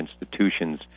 institutions